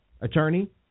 Attorney